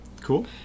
Cool